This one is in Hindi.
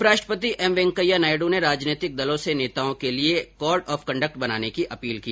उपराष्ट्रपति एम वें कैया नायडू ने राजनीतिक दलों से नेताओं के लिए कॉड ऑफ कंडक्ट बनाने की अपील की